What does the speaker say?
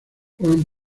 juan